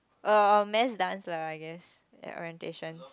uh mass dance lah I guess ya orientations